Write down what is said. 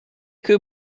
que